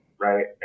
right